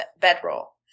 bedroll